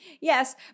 yes